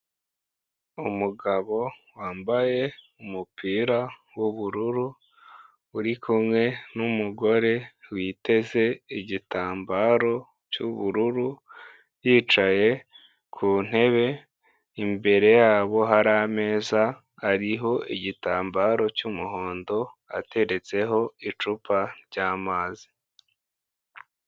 Umugabo wambaye umupira w'ubururu, uri kumwe n'umugore witeze igitambaro cy'ubururu, yicaye ku ntebe, imbere yabo hari ameza hariho igitambaro cy'umuhondo ateretseho icupa ry'amazi.